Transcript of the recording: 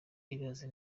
ibaze